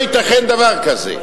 לא ייתכן דבר כזה.